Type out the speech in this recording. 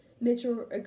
Mitchell